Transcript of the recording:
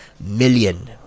million